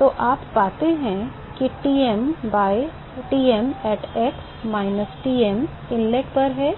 तो हम पाते हैं कि Tm at x minus Tm inlet पर है